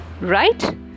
Right